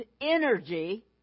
energy